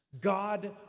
God